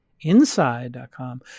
Inside.com